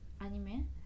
anime